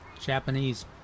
Japanese